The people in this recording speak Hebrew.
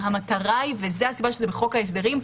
המטרה היא וזה הסיבה שזה בחוק ההסדרים-